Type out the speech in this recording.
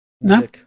No